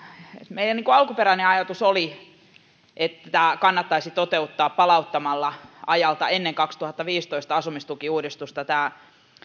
meidän alkuperäinen ajatuksemme oli että tämä kannattaisi toteuttaa palauttamalla ajalta ennen vuoden kaksituhattaviisitoista asumistukiuudistusta tämä